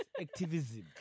activism